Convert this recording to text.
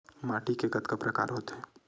माटी के कतका प्रकार होथे?